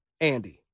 Andy